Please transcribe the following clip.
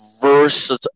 versatile